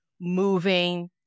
Moving